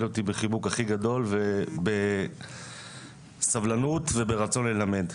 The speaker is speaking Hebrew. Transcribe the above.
אותי בחיבוק הכי גדול ובסבלנות וברצון ללמד.